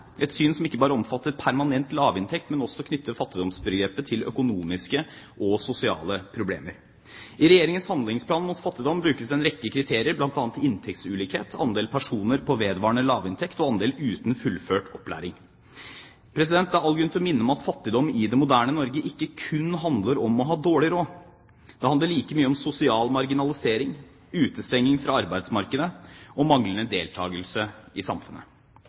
et syn som ikke bare omfatter permanent lavinntekt, men også knytte fattigdomsbegrepet til økonomiske og sosiale problemer. I Regjeringens handlingsplan mot fattigdom brukes en rekke kriterier, bl.a. inntektsulikhet, andel personer på vedvarende lavinntekt og andel uten fullført opplæring. Det er all grunn til å minne om at fattigdom i det moderne Norge ikke kun handler om å ha dårlig råd. Det handler like mye om sosial marginalisering, utestenging fra arbeidsmarkedet og manglende deltakelse i samfunnet.